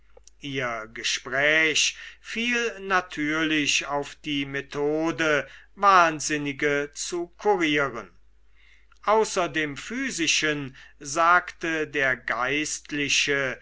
ihr gespräch fiel natürlich auf die methode wahnsinnige zu kurieren außer dem physischen sagte der geistliche